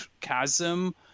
chasm